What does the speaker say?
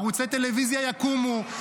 ערוצי טלוויזיה יקומו.